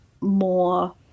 more